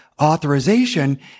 authorization